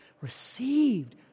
received